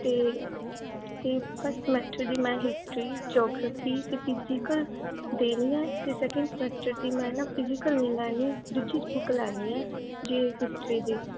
ਅਤੇ ਅਤੇ first semester ਦੀ ਮੈਂ ਹਿਸਟਰੀ ਜੋਗਰਫੀ ਅਤੇ ਫਿਜ਼ੀਕਲ ਦੇਣੀ ਹੈ ਅਤੇ ਸੈਕਿੰਡ ਸਮੈਸਟਰ ਦੀ ਮੈਂ ਨਾ ਫਿਜ਼ੀਕਲ ਨਹੀਂ ਲੈਣੀ ਦੂਜੀ ਬੁੱਕ ਲੈਣੀ ਹੈ ਜੇ ਹਿਸਟਰੀ ਦੀ